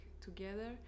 together